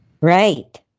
Right